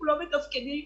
לא מתפקדים,